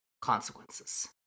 consequences